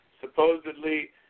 supposedly